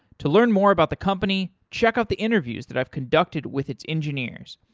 to learn more about the company, check out the interviews that i've conducted with its engineers.